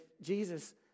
Jesus